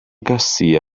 garcia